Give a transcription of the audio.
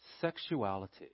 sexuality